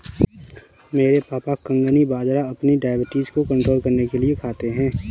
मेरे पापा कंगनी बाजरा अपनी डायबिटीज को कंट्रोल करने के लिए खाते हैं